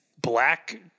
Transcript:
black